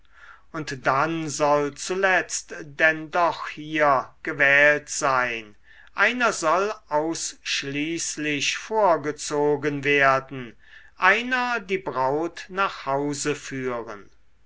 und dann soll zuletzt denn doch hier gewählt sein einer soll ausschließlich vorgezogen werden einer die braut nach hause führen